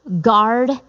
Guard